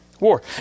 War